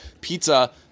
pizza